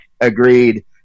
agreed